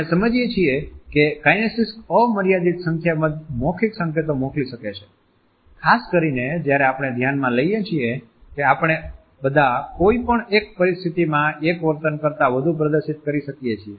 આપણે સમજીએ છીએ કે કાઈનેસીક્સ અમર્યાદિત સંખ્યાબંધ મૌખિક સંકેતો મોકલી શકે છે ખાસ કરીને જ્યારે આપણે ધ્યાનમાં લઈએ છીએ કે આપણે બધા કોઈ પણ એક પરિસ્થિતિમાં એક વર્તન કરતાં વધુ પ્રદર્શિત કરી શકીએ છીએ